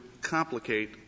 complicate